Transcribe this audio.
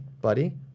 buddy